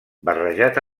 barrejat